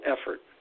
effort